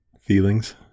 feelings